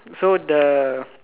so the